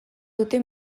dute